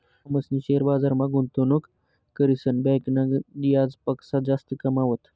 थॉमसनी शेअर बजारमा गुंतवणूक करीसन बँकना याजपक्सा जास्त कमावात